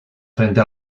frente